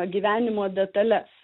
gyvenimo detales